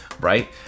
Right